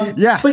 yeah. like